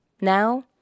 Now